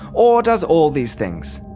or does all these things.